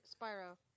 Spyro